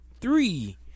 three